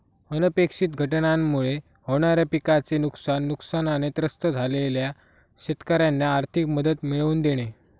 अनपेक्षित घटनांमुळे होणाऱ्या पिकाचे नुकसान, नुकसानाने त्रस्त झालेल्या शेतकऱ्यांना आर्थिक मदत मिळवून देणे